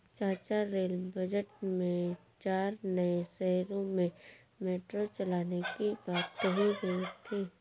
चाचा rail budget में चार नए शहरों में मेट्रो चलाने की बात कही गई थी